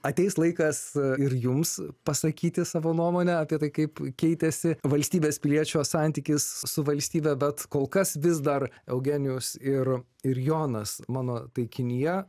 ateis laikas ir jums pasakyti savo nuomonę apie tai kaip keitėsi valstybės piliečio santykis su valstybe bet kol kas vis dar eugenijus ir ir jonas mano taikinyje